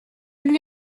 lui